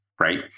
right